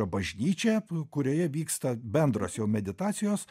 bažnyčia kurioje vyksta bendros jau meditacijos